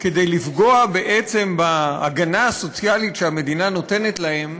כדי לפגוע בעצם בהגנה הסוציאלית שהמדינה נותנת להם,